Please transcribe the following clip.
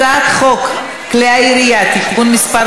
הצעת חוק כלי הירייה (תיקון מס'